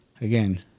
again